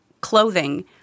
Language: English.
clothing